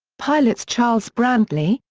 pilots charles brantley,